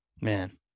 man